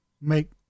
make